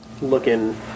Looking